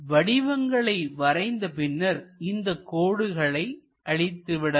வடிவங்களை வரைந்த பின்னர் இந்த கோடுகளை அழித்து விடலாம்